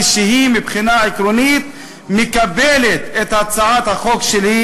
שמבחינה עקרונית היא מקבלת את הצעת החוק שלי,